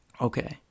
Okay